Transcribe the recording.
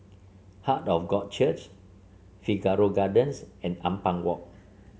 Heart of God Church Figaro Gardens and Ampang Walk